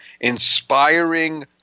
inspiring